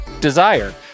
Desire